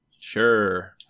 Sure